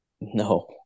No